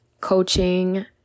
coaching